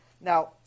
Now